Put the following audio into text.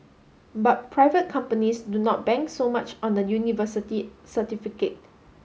but private companies do not bank so much on the university certificate